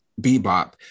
bebop